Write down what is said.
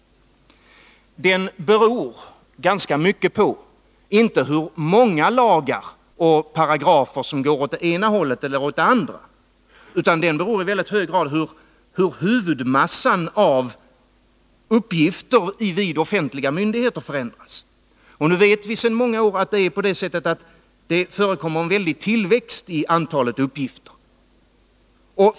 Utgången av den beror inte så mycket på hur många lagar och paragrafer som går åt det ena hållet eller åt det andra, utan den beror i väldigt hög grad på hur huvudmassan av uppgifter vid offentliga myndigheter förändras. Nu vet vi sedan många år att det sker en väldig tillväxt av antalet uppgifter.